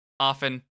Often